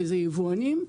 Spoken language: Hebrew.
ואלה יבואנים,